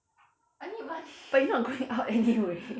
but you not going out anyway